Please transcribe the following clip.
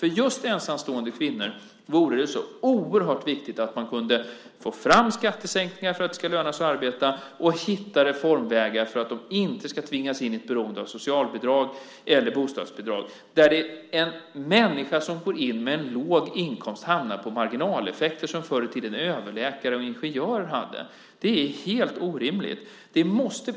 För just ensamstående kvinnor vore det så oerhört viktigt att få fram skattesänkningar som gör det lönsamt att arbeta och hitta reformvägar så att de inte tvingas in i beroende av socialbidrag eller bostadsbidrag. En människa som går in med en låg inkomst hamnar på marginaleffekter som förr i tiden överläkare och ingenjörer hade. Det är helt orimligt.